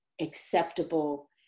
acceptable